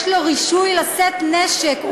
יש לו רישיון לשאת נשק,